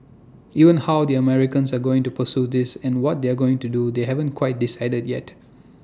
even how the Americans are going to pursue this and what they are going to do they haven't quite decided yet